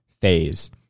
phase